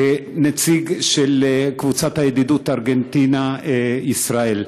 כנציג של קבוצת הידידות ארגנטינה ישראל.